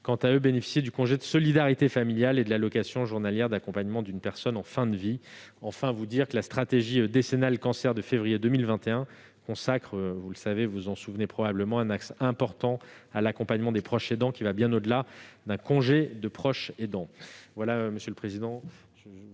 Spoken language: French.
quant à eux bénéficier du congé de solidarité familiale et de l'allocation journalière d'accompagnement d'une personne en fin de vie. Enfin, la stratégie décennale cancer de février 2021 consacre, vous vous en souvenez probablement, une part importante à l'accompagnement des proches aidants, qui va bien au-delà d'un congé de proche aidant. L'amendement n° 168, présenté